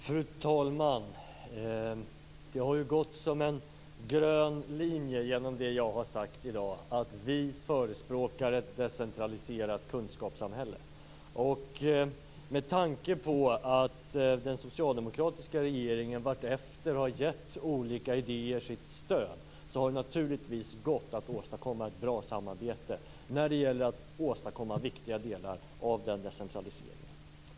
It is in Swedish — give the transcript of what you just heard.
Fru talman! Det har gått som en grön linje genom det jag har sagt i dag att vi förespråkar ett decentraliserat kunskapssamhälle. Med tanke på att den socialdemokratiska regeringen vartefter har gett olika idéer sitt stöd, har det naturligtvis gått att åstadkomma ett bra samarbete när det gällt viktiga delar av den decentraliseringen.